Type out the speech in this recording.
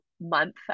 month